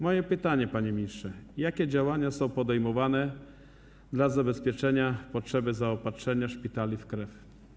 Moje pytanie, panie ministrze, jest takie: Jakie działania są podejmowane dla zabezpieczenia potrzeby zaopatrzenia szpitali w krew?